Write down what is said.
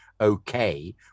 okay